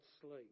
sleep